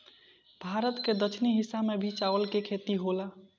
भारत के दक्षिणी हिस्सा में भी चावल के खेती होला